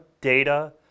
data